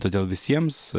todėl visiems